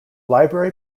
library